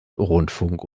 rundfunk